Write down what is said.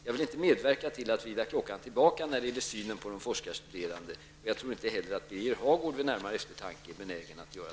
Jag vill inte medverka till att vrida klockan tillbaka när det gäller synen på de forskarstuderande. Det tror jag inte heller att Birger Hagård vid närmare eftertanke är benägen att göra.